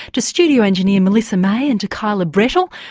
to studio engineer melissa may and to kyla brettle.